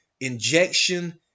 injection